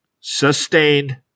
Sustained